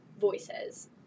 voices